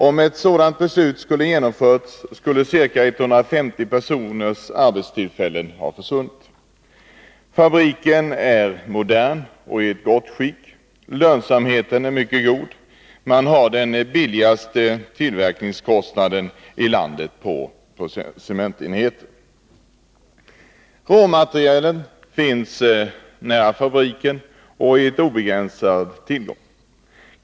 Om ett sådant beslut hade genomförts skulle ca 150 personers arbeten ha försvunnit. Fabriken är modern och i gott skick, lönsamheten är mycket god, och man har den lägsta tillverkningskostnaden i landet för cement. Råmaterialet finns nära fabriken, och tillgången är obegränsad.